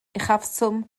uchafswm